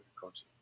culture